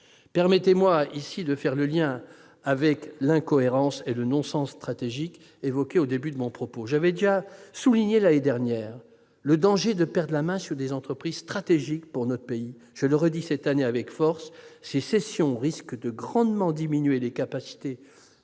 Permettez-moi de faire ici le lien avec l'incohérence et le non-sens stratégique que j'évoquais au début de mon propos. L'année dernière, j'avais déjà souligné le danger de perdre la main sur des entreprises stratégiques pour notre pays. Je le redis cette année avec force : ces cessions risquent de considérablement diminuer les capacités